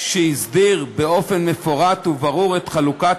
שהסדיר באופן מפורט וברור את חלוקת